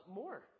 more